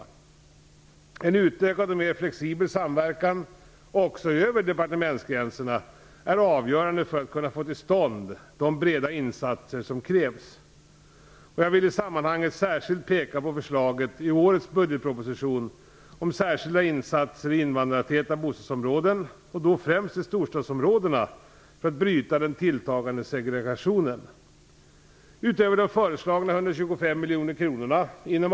En utökad och mer flexibel samverkan - också över departementsgränserna - är avgörande för att kunna få till stånd de breda insatser som krävs. Jag vill i sammanhanget särskilt peka på förslaget i årets budgetproposition om särskilda insatser i invandrartäta bostadsområden, och då främst i storstadsområdena, för att bryta den tilltagande segregationen.